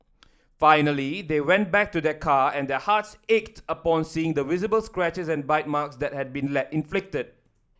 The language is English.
finally they went back to their car and their hearts ached upon seeing the visible scratches and bite marks that had been left inflicted